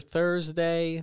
Thursday